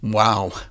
Wow